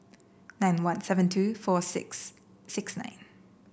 nine one seven two four six six nine